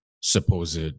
supposed